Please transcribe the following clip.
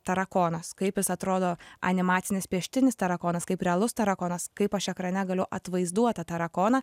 tarakonas kaip jis atrodo animacinis pieštinis tarakonas kaip realus tarakonas kaip aš ekrane galiu atvaizduot tą tarakoną